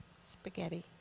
Spaghetti